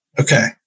Okay